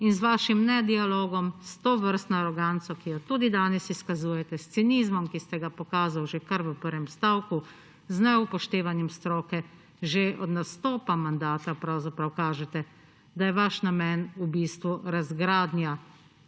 Z vašim nedialogom, s tovrstno aroganco, ki jo tudi danes izkazujete, s cinizmom, ki ste ga pokazali že kar v prvem stavku, z neupoštevanjem stroke že od nastopa mandata pravzaprav kažete, da je vaš namen v bistvu razgradnja